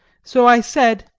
so i said,